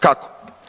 Kako?